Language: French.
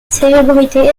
célébrité